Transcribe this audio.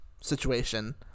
situation